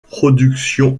production